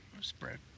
Spread